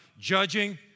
judging